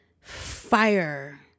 Fire